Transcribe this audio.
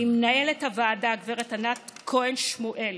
למנהלת הוועדה גב' ענת כהן שמואל